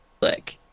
Look